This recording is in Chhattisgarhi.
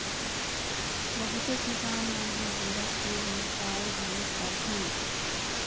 बहुते किसान मन ह गोरस के बेवसाय घलोक करथे